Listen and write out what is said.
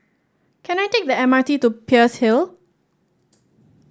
can I take the M R T to Peirce Hill